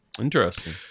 Interesting